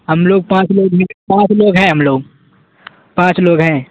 ہم لوگ پانچ لوگ پانچ لوگ ہیں ہم لوگ پانچ لوگ ہیں